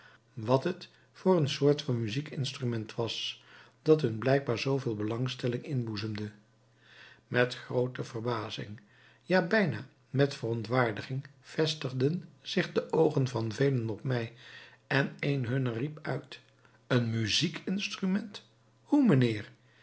wat het voor een soort van muziekinstrument was dat hun blijkbaar zooveel belangstelling inboezemde met groote verbazing ja bijna met verontwaardiging vestigden zich de oogen van velen op mij en een hunner riep uit een muziekinstrument hoe mijnheer